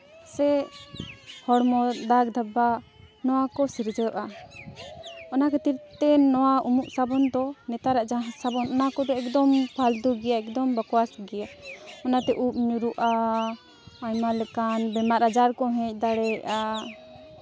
ᱥᱮ ᱦᱚᱲᱢᱚ ᱫᱟᱜᱽ ᱫᱷᱟᱵᱟ ᱱᱚᱣᱟ ᱠᱚ ᱥᱤᱨᱡᱟᱹᱜᱼᱟ ᱚᱱᱟ ᱠᱷᱟᱹᱛᱤᱨ ᱛᱮ ᱱᱚᱣᱟ ᱩᱢᱩᱜ ᱥᱟᱵᱚᱱ ᱫᱚ ᱱᱮᱛᱟᱨᱟᱜ ᱡᱟᱦᱟᱸ ᱥᱟᱵᱚᱱ ᱚᱱᱟ ᱠᱚᱫᱚ ᱮᱠᱫᱚᱢ ᱯᱷᱟᱹᱞᱛᱩ ᱜᱮᱭᱟ ᱮᱠᱫᱚᱢ ᱵᱟᱠᱚᱣᱟᱥ ᱜᱮᱭᱟ ᱚᱱᱟᱛᱮ ᱩᱵ ᱧᱩᱨᱦᱩᱜᱼᱟ ᱟᱭᱢᱟ ᱞᱮᱠᱟᱱ ᱵᱤᱢᱟᱨ ᱟᱡᱟᱨ ᱠᱚᱦᱚᱸ ᱦᱮᱡ ᱫᱟᱲᱮᱭᱟᱜᱼᱟ